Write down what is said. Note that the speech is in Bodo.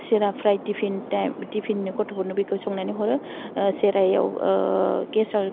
सिरा फ्राइ टिफिन टिफिननो गथ'फोरनो बेखौ संनानै हरो सिरा एव गेसाव